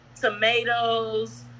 tomatoes